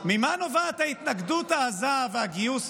ממה נובעים ההתנגדות העזה והגיוס,